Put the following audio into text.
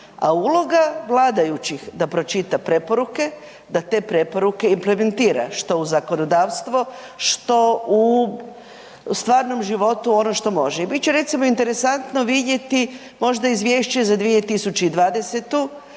A uloga vladajućih da pročita preporuke, da te preporuke implementira što u zakonodavstvo, što u stvarnom životu ono što može. I bit će recimo interesantno vidjeti može izvješće za 2020.